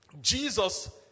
Jesus